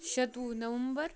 شَتوُہ نومبر